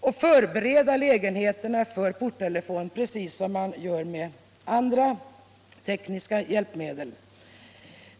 och även förbereda lägenheterna för porttelefon, precis som man gör med andra tekniska hjälpmedel.